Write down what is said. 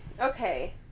Okay